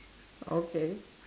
okay